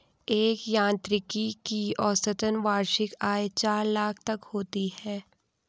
एक यांत्रिकी की औसतन वार्षिक आय चार लाख तक की होती है